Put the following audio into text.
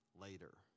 later